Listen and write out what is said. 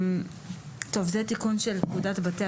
תיקון לפקודת בתי